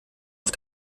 auf